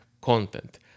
content